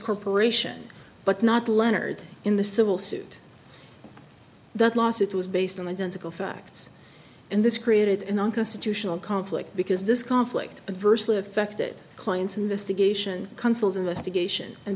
corporation but not leonard in the civil suit that lawsuit was based on identical facts and this created an unconstitutional conflict because this conflict and firstly affected clients investigation consuls investigation and